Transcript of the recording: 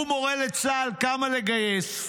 הוא מורה לצה"ל כמה לגייס.